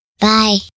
Bye